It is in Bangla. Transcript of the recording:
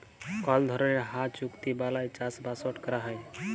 কল ধরলের হাঁ চুক্তি বালায় চাষবাসট ক্যরা হ্যয়